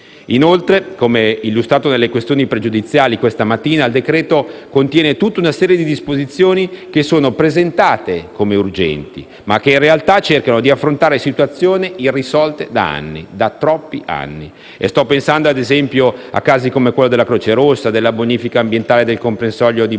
Inoltre, come illustrato durante l'esame delle questioni pregiudiziali questa mattina, il decreto-legge contiene tutta una serie di disposizioni che sono presentate come urgenti, ma che in realtà cercano di affrontare situazioni irrisolte da troppi anni. Sto pensando, ad esempio, a casi come quelli della Croce Rossa, della bonifica ambientale del comprensorio di